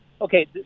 Okay